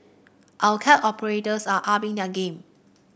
our cab operators are upping their game